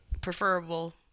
preferable